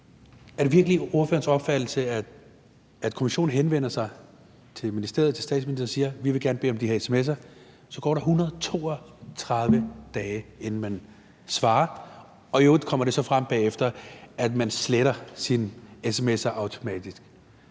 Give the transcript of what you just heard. prøve at tage sin ordførerkasket af. Kommissionen henvender sig til ministeriet og statsministeren og siger, at vi vil gerne bede om de her sms'er. Så går der 132 dage, inden man svarer, og i øvrigt kommer det så frem bagefter, at man sletter sine sms'er automatisk.